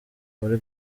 muri